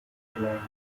difference